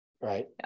Right